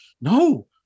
no